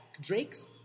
Drake's